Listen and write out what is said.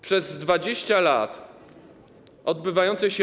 Przez 20 lat odbywające się